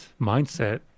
mindset